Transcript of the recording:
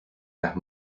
las